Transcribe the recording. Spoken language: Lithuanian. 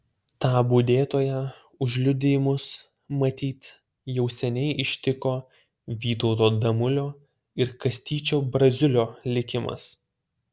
tą budėtoją už liudijimus matyt jau seniai ištiko vytauto damulio ir kastyčio braziulio likimas